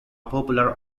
popular